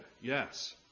Yes